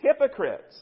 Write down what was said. hypocrites